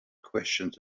questions